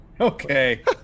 Okay